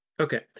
okay